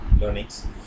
learnings